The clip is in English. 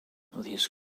these